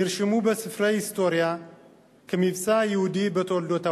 נרשמו בספרי ההיסטוריה כמבצע ייחודי בתולדות העולם.